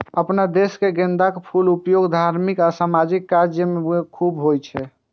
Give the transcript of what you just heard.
अपना देश मे गेंदाक फूलक उपयोग धार्मिक आ सामाजिक काज मे खूब होइ छै